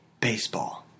baseball